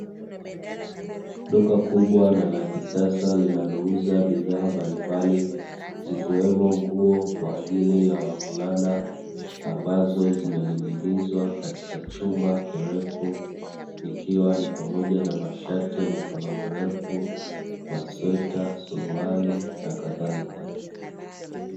Duka kubwa na la kisasa linalouza bidhaa mbalimbali, zikiwemo nguo kwa ajili ya wavulana ambazo zimening`inizwa katika chuma kirefu; ikiwa ni pamoja na mashati ya mikono mirefu, masweta, suruali, na kadhalika.